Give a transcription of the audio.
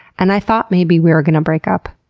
and i thought maybe we were going to break up.